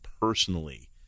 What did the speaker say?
personally